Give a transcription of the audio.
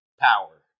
power